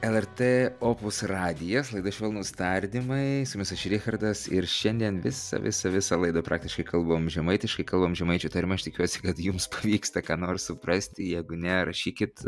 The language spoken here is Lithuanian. lrt opus radijas laida švelnūs tardymai eismas aš richardas ir šiandien visa visa visa laida praktiškai kalbam žemaitiškai kalbam žemaičių tarme aš tikiuosi kad jums pavyksta ką nors suprasti jeigu ne rašykit